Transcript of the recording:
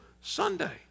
Sunday